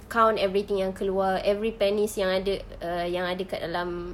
count everything yang keluar every pennies yang ada err yang ada kat dalam